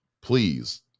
please